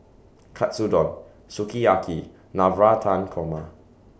Katsudon Sukiyaki Navratan Korma